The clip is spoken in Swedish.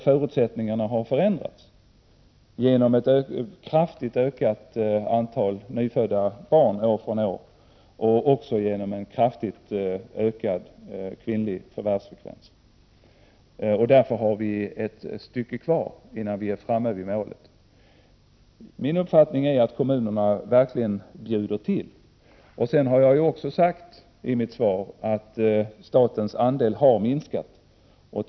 Förutsättningarna har dock förändrats genom ett år från år kraftigt ökat antal nyfödda barn och också genom en kraftigt ökad förvärvsfrekvens hos kvinnorna. Därför har vi ett stycke kvar innan vi är framme vid målet. Min uppfattning är att kommunerna verkligen bjuder till. Jag har också sagt i mitt svar att statens andel av finansieringen av barnomsorgen har minskat.